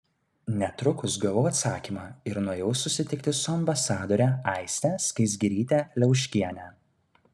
netrukus gavau atsakymą ir nuėjau susitikti su ambasadore aiste skaisgiryte liauškiene